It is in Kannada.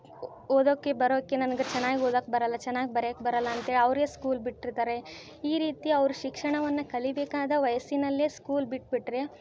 ಓದೋಕ್ಕೆ ಬರೋಕ್ಕೆ ನನ್ಗೆ ಚೆನ್ನಾಗ್ ಓದೋಕ್ ಬರೋಲ್ಲ ಚೆನ್ನಾಗ್ ಬರೆಯೋಕ್ ಬರೋಲ್ಲ ಅಂತ್ಹೇಳ್ ಅವರೇ ಸ್ಕೂಲ್ ಬಿಟ್ಟಿರ್ತಾರೆ ಈ ರೀತಿ ಅವ್ರು ಶಿಕ್ಷಣವನ್ನು ಕಲಿಬೇಕಾದ ವಯಸ್ಸಿನಲ್ಲೇ ಸ್ಕೂಲ್ ಬಿಟ್ಟುಬಿಟ್ರೆ